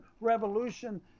revolution